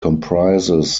comprises